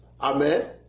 Amen